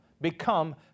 become